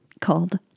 called